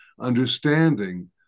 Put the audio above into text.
understanding